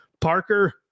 Parker